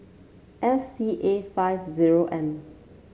F C A five zero M